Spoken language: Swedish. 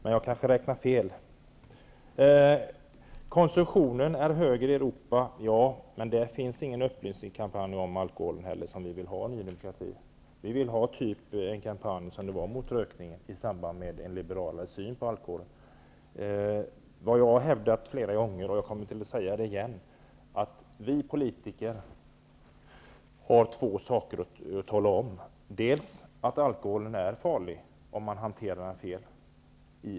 Men jag kanske räknar fel. Karin Pilsäter säger att konsumtionen är högre i Europa. Ja, men där finns heller inga upplysningskampanjer om alkohol, som vi i Ny demokrati vill ha här i Sverige. Vi vill ha en kampanj i samband med en liberalare syn på alkoholen, som den kampanj som genomfördes mot rökning. Jag har flera gånger hävdat, och jag kommer att säga det igen, att det är två saker som vi politiker måste tala om i denna upplysningskampanj. Alkoholen är farlig, om man hanterar den fel.